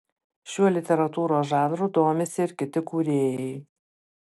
šiuo literatūros žanru domisi ir kiti kūrėjai